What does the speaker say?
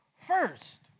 first